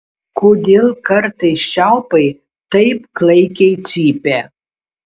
kodėl kartais čiaupai taip klaikiai cypia